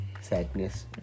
Sadness